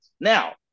Now